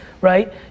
right